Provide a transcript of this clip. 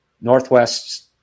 Northwest